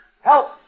Help